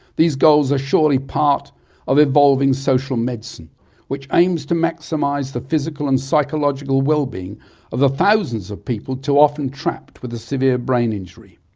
these goals are surely part of evolving social medicine which aims to maximize the physical and psychological well-being of the thousands of people too often trapped with a severe brain injury.